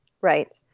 Right